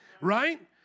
right